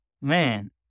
Man